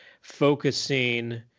focusing